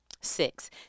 Six